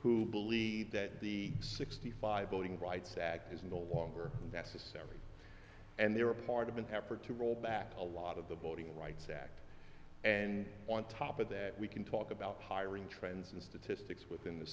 who believe that the sixty five voting rights act is no longer necessary and they are part of an effort to roll back a lot of the voting rights act and on top of that we can talk about hiring trends and statistics within the